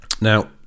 Now